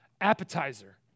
appetizer